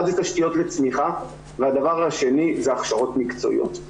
אחד זה תשתיות לצמיחה והדבר השני הוא הכשרות מקצועיות.